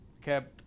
kept